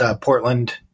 Portland